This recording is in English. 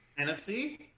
NFC